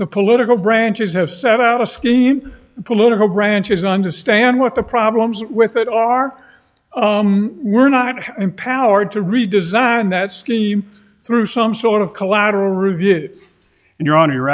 the political branches have set out a scheme in political branches understand what the problems with that are our own we're not empowered to redesign that scheme through some sort of collateral review you're on you're